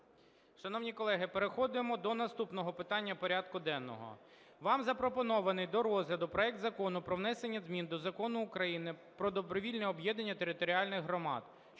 Шановні колеги, переходимо до наступного питання порядку денного. Вам запропонований до розгляду проект Закону про внесення змін до Закону України "Про добровільне об'єднання територіальних громад"